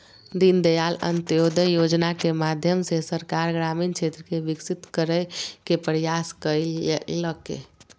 दीनदयाल अंत्योदय योजना के माध्यम से सरकार ग्रामीण क्षेत्र के विकसित करय के प्रयास कइलके